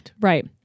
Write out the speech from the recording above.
right